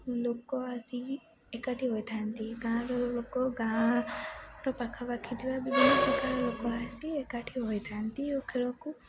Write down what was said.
ଲୋକ ଆସି ଏକାଠି ହୋଇଥାନ୍ତି ଗାଁର ଲୋକ ଗାଁର ପାଖାପାଖି ଥିବା ବିଭିନ୍ନ ପ୍ରକାର ଲୋକ ଆସି ଏକାଠି ହୋଇଥାନ୍ତି ଓ ଖେଳକୁ